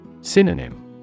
Synonym